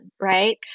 right